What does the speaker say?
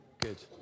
Good